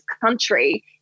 country